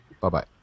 Bye-bye